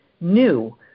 new